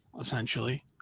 essentially